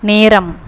நேரம்